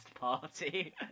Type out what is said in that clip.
party